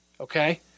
okay